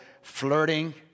flirting